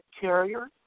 Carrier